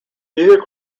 neither